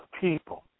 people